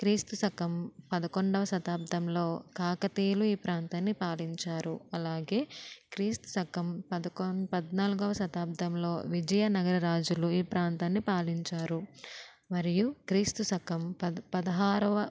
క్రీస్తుశకం పదకొండవ శతాబ్దంలో కాకతీయులు ఈ ప్రాంతాన్ని పాలించారు అలాగే క్రీస్తు శకం పదకో పద్నాలుగోవ శతాబ్దంలో విజయనగర రాజులు ఈ ప్రాంతాన్ని పాలించారు మరియు క్రీస్తు శకం పద్ పదహారొవ